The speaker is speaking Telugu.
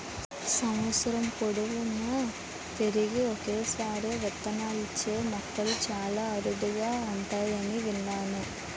సంవత్సరం పొడువునా పెరిగి ఒక్కసారే విత్తనాలిచ్చే మొక్కలు చాలా అరుదుగా ఉంటాయని విన్నాను